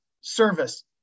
service